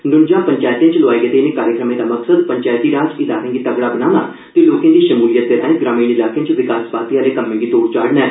नूंजा पंचैतें च लोआए गेदे इनें कार्यक्रमें दा मकसद पंवैती राज इदारे गी तगड़ा बनाना ते लोके दी शमूलियत राए ग्रामीण इलाके च विकास बाद्दे आहले कम्में गी तोढ़ चाढ़ना ऐ